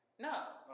No